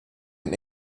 den